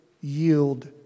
yield